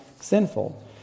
sinful